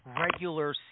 regular